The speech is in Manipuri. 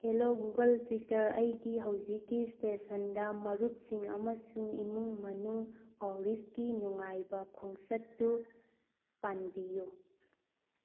ꯍꯦꯂꯣ ꯒꯨꯒꯜ ꯇ꯭ꯌꯤꯇꯔ ꯑꯩꯒꯤ ꯍꯧꯖꯤꯛꯀꯤ ꯏꯁꯇꯦꯁꯟꯗ ꯃꯔꯨꯞꯁꯤꯡ ꯑꯃꯁꯨꯡ ꯏꯃꯨꯡ ꯃꯅꯨꯡ ꯑꯣꯔꯤꯁꯀꯤ ꯅꯨꯡꯉꯥꯏꯕ ꯈꯣꯡꯆꯠꯇꯨ ꯄꯥꯟꯕꯤꯌꯨ